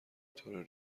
طور